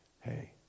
hey